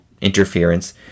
interference